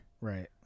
Right